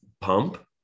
pump